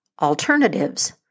alternatives